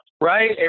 Right